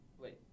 Wait